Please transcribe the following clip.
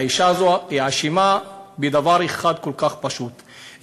האישה הזו הואשמה בדבר אחד כל כך פשוט,